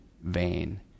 vain